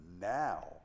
now